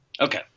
Okay